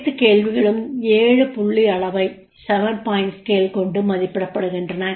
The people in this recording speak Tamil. அனைத்து கேள்விகளும் 7 புள்ளி அளவை கொண்டு மதிப்பிடப்படுகின்றன